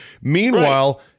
Meanwhile